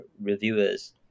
reviewers